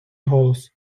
голос